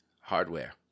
hardware